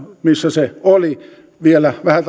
missä se oli vielä vähän